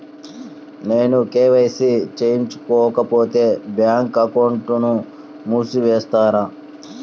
నేను కే.వై.సి చేయించుకోకపోతే బ్యాంక్ అకౌంట్ను మూసివేస్తారా?